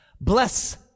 Bless